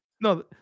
No